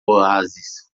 oásis